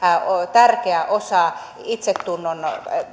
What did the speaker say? tärkeä osa itsetunnon